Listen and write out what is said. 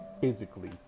physically